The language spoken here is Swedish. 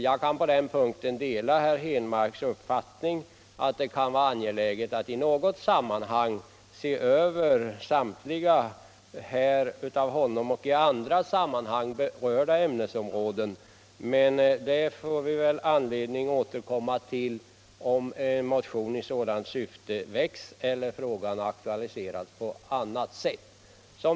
Jag delar herr Henmarks uppfattning att det kan vara angeläget att i något sammanhang se över samtliga här av honom och i andra sammanhang berörda områden, men det får vi väl återkomma till om motion i sådant syfte väcks eller frågan aktualiseras på annat sätt.